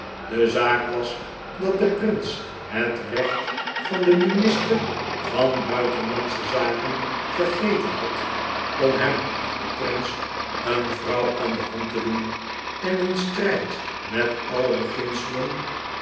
de zaak was dat de prins het recht van den minister van bui tenlaridsche zaken vergeten had om hem den prins een vrouw aan de hand te doen en in strijd met alle